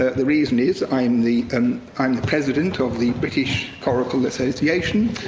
ah the reason is i'm the and i'm the president of the british coracle association.